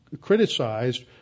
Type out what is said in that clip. criticized